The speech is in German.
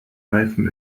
reifen